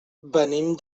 venim